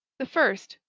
the first,